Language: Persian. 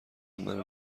منو